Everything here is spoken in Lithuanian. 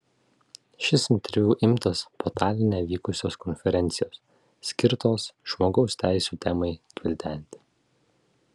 šis interviu imtas po taline vykusios konferencijos skirtos žmogaus teisių temai gvildenti